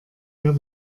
der